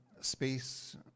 space